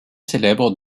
célèbre